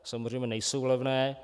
Samozřejmě nejsou levné.